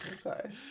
Sorry